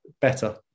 better